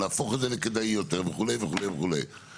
להפוך את זה לכדאי יותר וכו' וכו' וכו'.